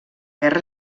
guerra